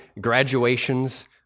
graduations